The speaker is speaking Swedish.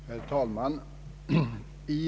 Herr talman!